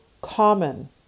common